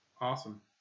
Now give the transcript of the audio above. awesome